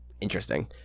interesting